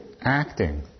acting